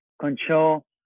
control